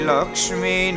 Lakshmi